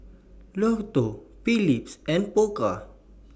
Lotto Phillips and Pokka